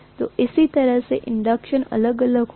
तो इस तरह से इंडक्शन अलग अलग होगा